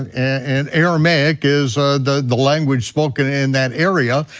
and and aramaic is ah the the language spoken in that area,